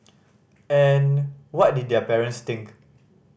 and what did their parents think